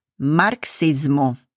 Marxismo